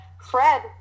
Fred